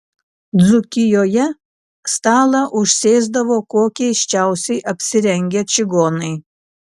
dzūkijoje stalą užsėsdavo kuo keisčiausiai apsirengę čigonai